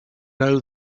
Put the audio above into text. know